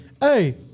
hey